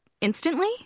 instantly